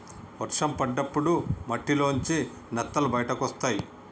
వర్షం పడ్డప్పుడు మట్టిలోంచి నత్తలు బయటకొస్తయ్